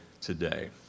today